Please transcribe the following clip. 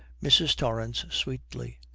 mrs. torrance, sweetly,